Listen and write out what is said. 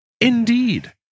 Indeed